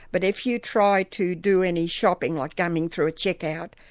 but if you try to do any shopping, like going through a check-out,